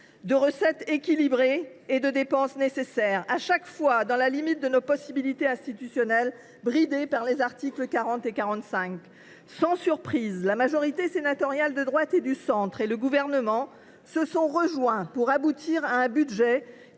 de recettes équilibrées et de dépenses nécessaires, à chaque fois dans la limite des possibilités institutionnelles posées au législateur, bridé par les articles 40 et 45 de la Constitution. Sans surprise, la majorité sénatoriale de droite et du centre et le Gouvernement se sont rejoints pour aboutir à un budget